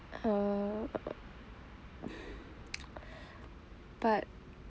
err but